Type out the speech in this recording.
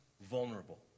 vulnerable